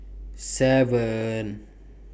seven